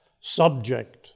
subject